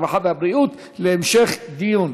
הרווחה והבריאות להמשך דיון.